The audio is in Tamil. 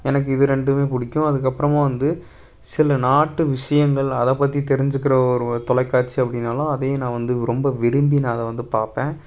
எனக்கு இது ரெண்டுமே பிடிக்கும் அதுக்கு அப்புறமா வந்து சிலநாட்டு விஷயங்கள் அதை பற்றி தெரிஞ்சிக்கிற ஒரு தொலைக்காட்சி அப்படினாலும் அதையும் நான் வந்து ரொம்ப விரும்பி நான் அதை வந்து பார்ப்பேன்